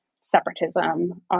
separatism